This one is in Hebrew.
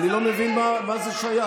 אני לא מבין מה זה שייך.